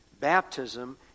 Baptism